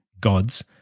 gods